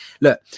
Look